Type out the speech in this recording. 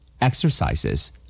Exercises